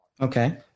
Okay